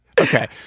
Okay